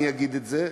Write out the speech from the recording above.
אני אגיד את זה,